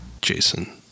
Jason